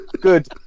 good